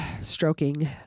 stroking